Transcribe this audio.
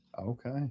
Okay